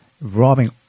robbing